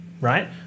right